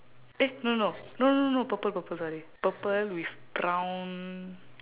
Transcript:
eh no no no no no purple purple sorry purple with brown